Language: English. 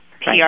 PR